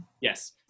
Yes